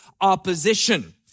opposition